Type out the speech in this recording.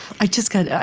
i just got